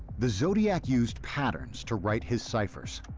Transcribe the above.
the zodiac used patterns to write his ciphers.